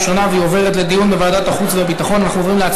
לוועדת החוץ והביטחון נתקבלה.